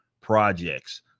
projects